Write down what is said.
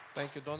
thank you, donal,